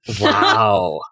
Wow